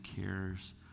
cares